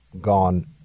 gone